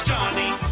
Johnny